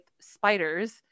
spiders